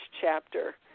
chapter